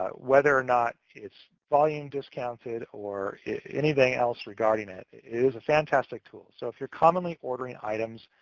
ah whether or not it's volume discounted or anything else regarding it. it is a fantastic tool. so if you're commonly ordering items